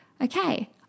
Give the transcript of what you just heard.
Okay